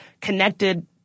connected